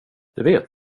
vet